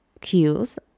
cues